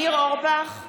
(קוראת בשמות חברי הכנסת) ניר אורבך,